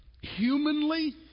humanly